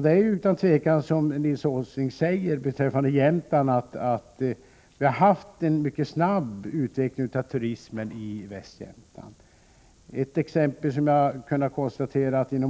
Det är utan tvivel som Nils Åsling säger, nämligen att vi har haft en mycket snabb utveckling av turismen i Västjämtland. Jag konstaterar t.ex. att